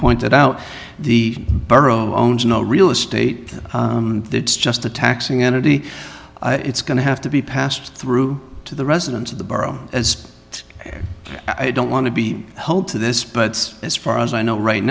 pointed out the borough owns no real estate it's just a taxing entity it's going to have to be passed through to the residents of the borough as i don't want to be held to this but as far as i know right